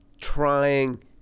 trying